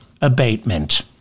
abatement